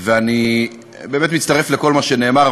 ואני באמת מצטרף לכל מה שנאמר.